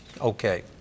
okay